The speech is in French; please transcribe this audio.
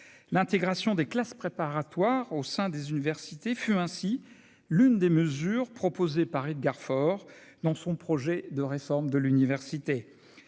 l'intégration des classes préparatoires au sein des universités fut ainsi l'une des mesures proposée par Edgar Faure dans son projet de réforme de l'université,